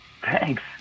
Thanks